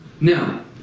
Now